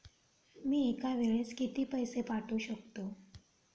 मी एका वेळेस किती पैसे पाठवू शकतो?